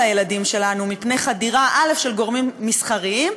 הילדים שלנו מפני חדירה של גורמים מסחריים,